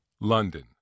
London